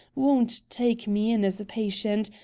won't take me in as a patient,